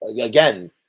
Again